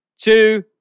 two